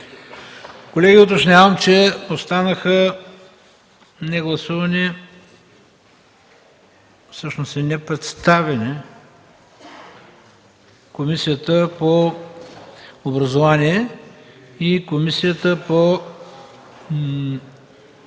Колеги, уточнявам, че останаха негласувани и непредставени Комисията по образование и Комисията по